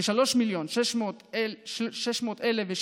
כ-3,600,600